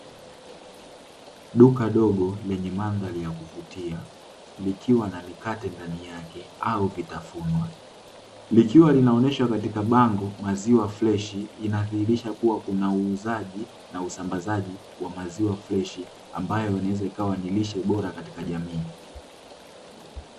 Duka dogo lenye mandhari ya kuvutia, likiwa na mikate ndani yake au vitafunwa likiwa linaonyesha katika bango maziwa freshi, inadhihirisha kuwa kuna uuzaji na usambazaji wa maziwa freshi, ambayo inaweza kuwa ni lishe bora katika jamii.